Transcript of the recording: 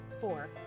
four